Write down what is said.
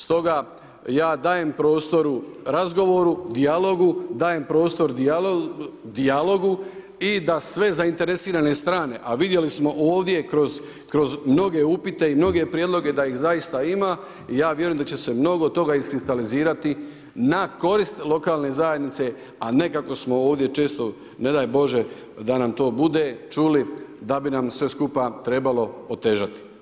Stoga ja dajem prostoru razgovoru, dijalogu, dajem prosto dijalogu i da sve zainteresirane strane a vidjeli smo ovdje kroz mnoge upite i mnoge prijedloge da ih zaista ima i ja vjerujem da će se mnogo toga iskristalizirati na koristi lokalne zajednice a ne kako smo ovdje često, ne daj Bože da nam to bude čuli da bi nam sve skupa trebalo otežati.